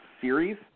series